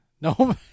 No